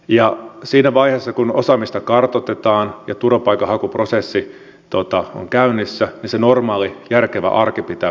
ja siinä vaiheessa kun osaamista kartoitetaan ja turvapaikanhakuprosessi on käynnissä se normaali järkevä arki pitää pystyä sallimaan